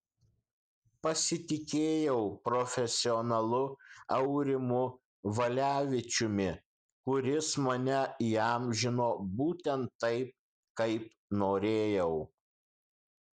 pasitikėjau profesionalu aurimu valevičiumi kuris mane įamžino būtent taip kaip norėjau